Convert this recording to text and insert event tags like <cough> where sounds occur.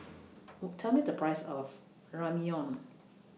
<noise> <unintelligible> Tell Me The Price of Ramyeon